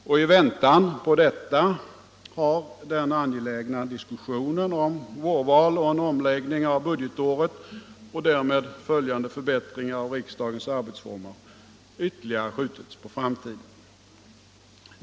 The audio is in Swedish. Och i väntan på detta har den angelägna diskussionen om vårval och en omläggning av budgetåret och därmed följande förbättringar av riksdagens arbetsformer ytterligare skjutits på framtiden.